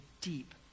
deep